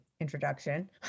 introduction